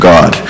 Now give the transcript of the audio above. God